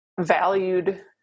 valued